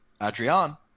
Adrian